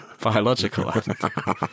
biological